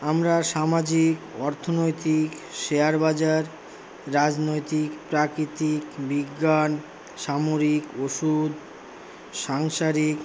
আমরা সামাজিক অর্থনৈতিক শেয়ার বাজার রাজনৈতিক প্রাকৃতিক বিজ্ঞান সামরিক ওষুধ সাংসারিক